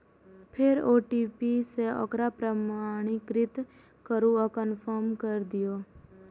फेर ओ.टी.पी सं ओकरा प्रमाणीकृत करू आ कंफर्म कैर दियौ